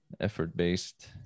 effort-based